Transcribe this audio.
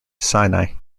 sinai